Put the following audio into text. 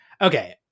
okay